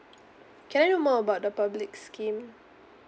can I know more about the public scheme